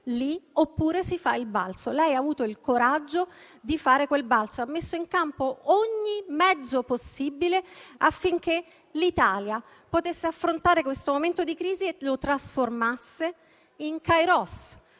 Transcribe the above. oppure si fa il balzo. Lei ha avuto il coraggio di fare quel balzo e ha messo in campo ogni mezzo possibile affinché l'Italia potesse affrontare questo momento di crisi e trasformarlo in καιρός,